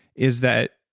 is that,